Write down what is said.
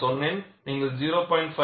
நான் சொன்னேன் நீங்கள் 0